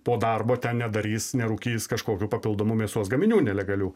po darbo ten nedarys nerūkys kažkokių papildomų mėsos gaminių nelegalių